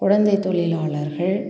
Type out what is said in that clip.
குழந்தைத் தொழிலாளர்கள்